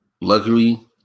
Luckily